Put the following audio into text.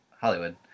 Hollywood